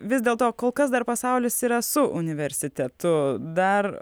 vis dėl to kol kas dar pasaulis yra su universitetu dar